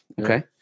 Okay